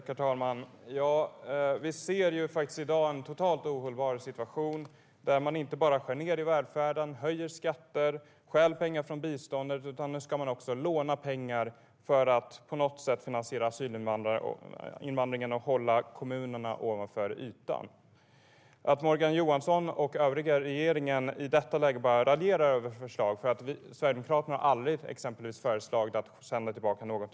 Herr talman! Vi ser i dag en totalt ohållbar situation. Man skär inte bara ned i välfärden, höjer skatter, stjäl pengar från biståndet utan ska nu också låna pengar för att på något sätt finansiera asylinvandringen och hålla kommunerna ovanför ytan. Att Morgan Johansson och övriga regeringen i detta läge börjar raljera över förslag som faktiskt kan lösa detta kaos är ytterst sorgligt.